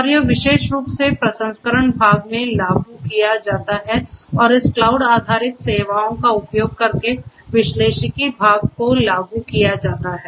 और यह विशेष रूप से प्रसंस्करण भाग में लागू किया जाता है और इस क्लाउड आधारित सेवाओं का उपयोग करके विश्लेषिकी भाग को लागू किया जाता है